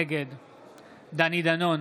נגד דני דנון,